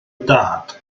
dad